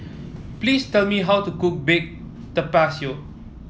please tell me how to cook Baked Tapioca